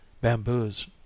bamboos